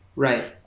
right.